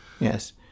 Yes